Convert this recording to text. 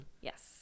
yes